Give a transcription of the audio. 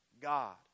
god